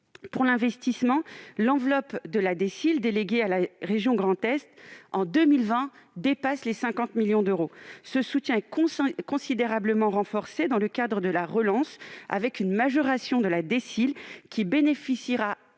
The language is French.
à l'investissement local) déléguée à la région Grand Est en 2020 dépasse 50 millions d'euros. Ce soutien est considérablement renforcé dans le cadre de la relance, avec une majoration de la DSIL qui bénéficiera